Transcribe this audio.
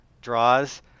draws